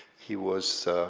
he was